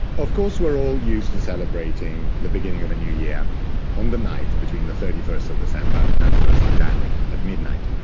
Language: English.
of course, we're all used to celebrating the beginning of a new year on the night between the thirty first of december and the first of january, at midnight.